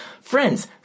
Friends